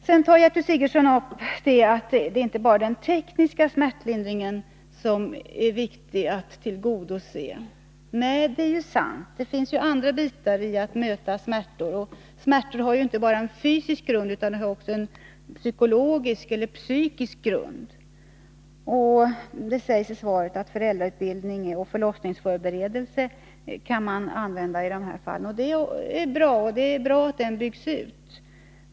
Sedan tar Gertrud Sigurdsen upp det förhållandet att det inte bara är den tekniska smärtlindringen som är viktig att tillgodose. Det är sant. Det finns också andra inslag i smärtlindringen. Smärtor har inte bara en fysisk grund utan också en psykologisk eller psykisk grund. Det sägs i statsrådets svar att föräldrautbildning med förlossningsförberedelse är av betydelse i sådana fall, och det är bra att den verksamheten byggs ut.